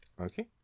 Okay